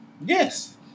yes